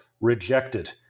rejected